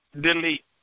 Delete